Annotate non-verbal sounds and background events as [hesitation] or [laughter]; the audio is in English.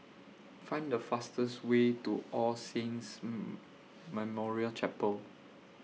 Find The fastest Way to All Saints [hesitation] Memorial Chapel